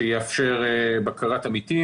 שיאפשר בקרת עמיתים,